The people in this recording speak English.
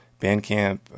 Bandcamp